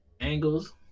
angles